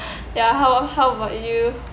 ya how how about you